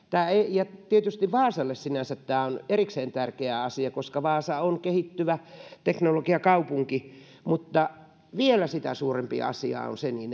tietysti vaasalle sinänsä tämä on erikseen tärkeä asia koska vaasa on kehittyvä teknologiakaupunki mutta vielä sitä suurempi asia on se